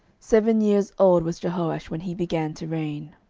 seven years old was jehoash when he began to reign.